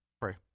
Pray